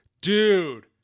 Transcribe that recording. Dude-